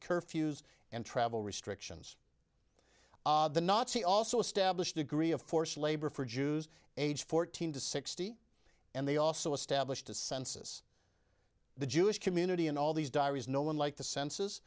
curfews and travel restrictions the nazi also established degree of forced labor for jews age fourteen to sixty and they also established a census the jewish community and all these diaries no one like the cens